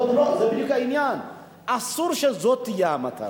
זה בדיוק העניין, אסור שזאת תהיה המטרה.